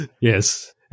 yes